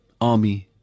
army